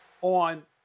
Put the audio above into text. on